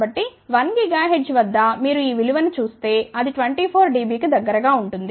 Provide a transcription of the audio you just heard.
కాబట్టి 1 GHz వద్ద మీరు ఈ విలువ ను చూస్తే అది 24 dB కి దగ్గరగా ఉంటుంది